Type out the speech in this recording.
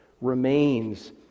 remains